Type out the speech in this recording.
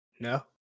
no